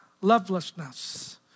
lovelessness